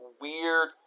weird